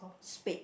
spade